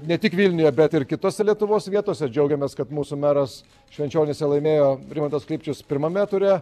ne tik vilniuje bet ir kitose lietuvos vietose džiaugiamės kad mūsų meras švenčionyse laimėjo rimantas klipčius pirmame ture